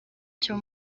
cyo